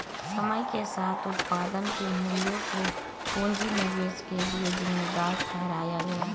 समय के साथ उत्पादन के मूल्य को पूंजी निवेश के लिए जिम्मेदार ठहराया गया